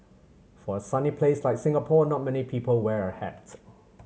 for a sunny place like Singapore not many people wear a hat